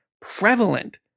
prevalent